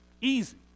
easy